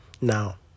Now